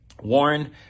Warren